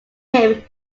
him